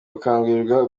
gukangurirwa